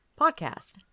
podcast